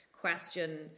question